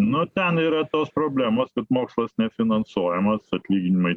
no ten yra tos problemos kad mokslas nefinansuojamas atlyginimai